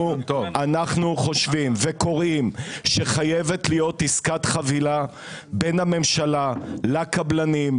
אנחנו קוראים לעסקת חבילה בין הממשלה לקבלנים,